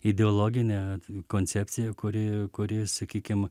ideologinė koncepcija kuri kuri sakykim